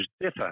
differ